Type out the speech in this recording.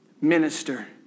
minister